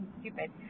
Stupid